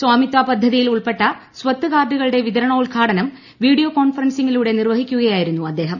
സ്വമിത്വ പദ്ധതിയിൽ ഉൾപ്പെട്ട സ്വത്ത് കാർഡുകളുടെ വിതരണോദ്ഘാടനം വീഡിയോ കോൺഫറൻസിങ്ങിലൂടെ നിർവ്വഹിക്കുകയായിരുന്നു അദ്ദേഹം